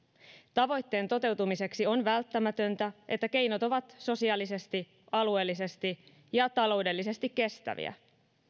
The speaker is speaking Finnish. tavoitteen toteutumiseksi on välttämätöntä että keinot ovat sosiaalisesti alueellisesti ja taloudellisesti kestäviä